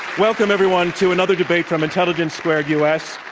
welcome everyone to another debate from intelligence squared us,